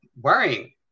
worrying